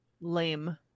Lame